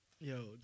Yo